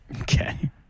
Okay